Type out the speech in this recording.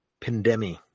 pandemic